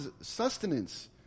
sustenance